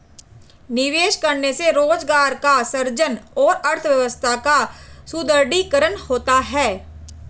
निवेश करने से रोजगार का सृजन और अर्थव्यवस्था का सुदृढ़ीकरण होता है